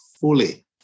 fully